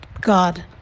god